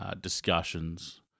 discussions